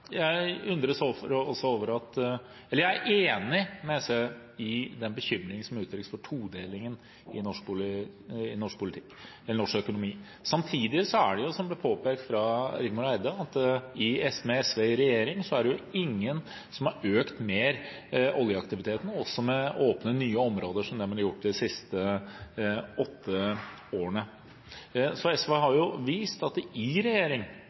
Jeg er enig med SV i den bekymringen som uttrykkes over todelingen i norsk økonomi. Samtidig, som det ble påpekt av representanten Andersen Eide, har man aldri økt oljeaktiviteten mer, også ved å åpne flere nye områder, enn det man har gjort de siste åtte årene med SV i regjering. SV har vist at de i regjering